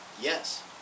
Yes